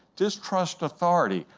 distrust authority.